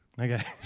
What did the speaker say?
Okay